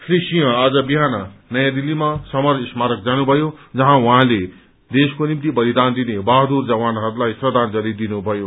श्री सिंह आज बिहान नयाँ दिल्लीमा समर स्मारक जानुभयो जहाँ उहाँले देशको निम्ति बलिदान दिने बहादुर जवानहरूलाई श्रद्वांजलि दिनुभयो